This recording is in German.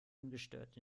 ungestört